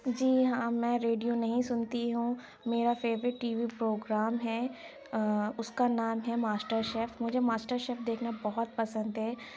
جی ہاں میں ریڈیو نہیں سُنتی ہوں میرا فیوریٹ ٹی وی پروگرام ہے اُس کا نام ہے ماسٹر شیف مجھے ماسٹر شیف دیکھنا بہت پسند ہے